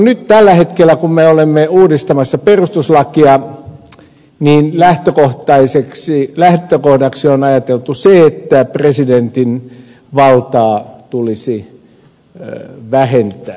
nyt tällä hetkellä kun me olemme uudistamassa perustuslakia lähtökohdaksi on ajateltu se että presidentin valtaa tulisi vähentää